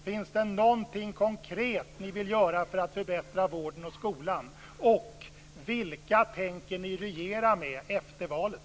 Finns det någonting konkret ni vill göra för att förbättra vården och skolan? Vilka tänker ni regera med efter valet?